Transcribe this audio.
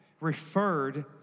referred